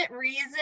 reason